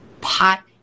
pot